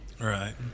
Right